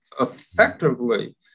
effectively